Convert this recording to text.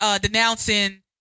denouncing